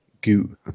goo